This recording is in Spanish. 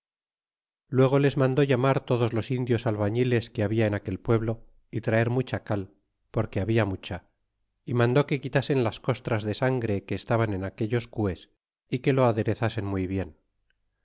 luego les mandó llamar todos los indios albañiles que habla en aquel pueblo y traer mucha cal porque habla mucha y mandó que quitasen las costras de sangre que estaban en aquellos cues y que lo aderezasen muy bien